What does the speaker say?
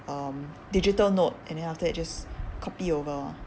um digital note and then after that just copy over ah